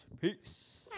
Peace